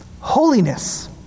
Holiness